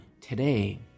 today